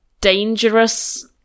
dangerous